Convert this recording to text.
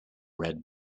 read